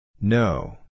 no